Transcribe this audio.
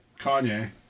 Kanye